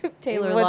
Taylor